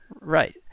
Right